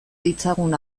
ditzagun